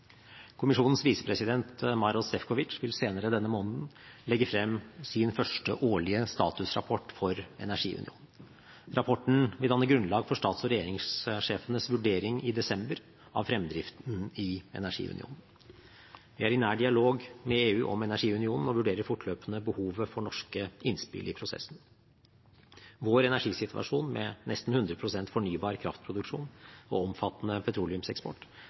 Kommisjonens visepresident Maros Sefcovic vil senere denne måneden legge frem sin første årlige statusrapport for energiunionen. Rapporten vil danne grunnlaget for stats- og regjeringssjefenes vurdering i desember av fremdriften i energiunionen. Vi er i nær dialog med EU om energiunionen og vurderer fortløpende behovet for norske innspill i prosessen. Vår energisituasjon, med nesten 100 pst. fornybar kraftproduksjon og omfattende petroleumseksport,